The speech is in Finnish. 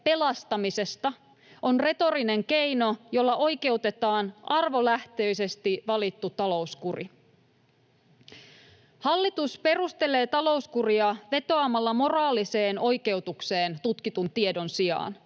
”pelastamisesta” on retorinen keino, jolla oikeutetaan arvolähtöisesti valittu talouskuri. Hallitus perustelee talouskuria vetoamalla moraaliseen oikeutukseen tutkitun tiedon sijaan.